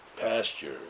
pasture